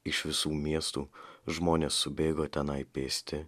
iš visų miestų žmonės subėgo tenai pėsti